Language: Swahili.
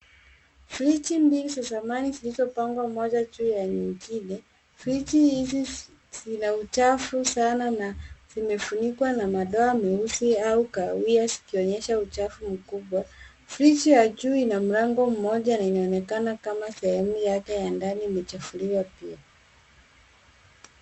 Friji mbili za zamani zilizopangwa moja juu ya nyingine. Friji hizi zina uchafu sana na zimefunikwa na madoa meusi au kahawia zikionyesha uchafu mkubwa. Friji ya juu ina mlango mmoja na inaonekana kama sehemu yake ya ndani imechafuliwa pia.